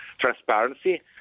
transparency